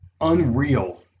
unreal